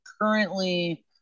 currently